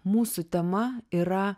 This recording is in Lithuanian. mūsų tema yra